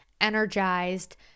energized